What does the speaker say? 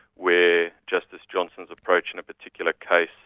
where justice johnson's approach in a particular case,